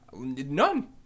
none